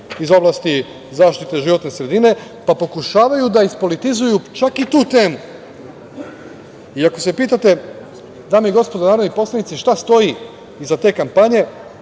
iz oblasti zaštite životne sredine, pa pokušavaju da ispolitizuju čak i tu temu. I ako se pitate, dame i gospodo narodni poslanici, šta stoji iza te kampanje,